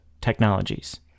technologies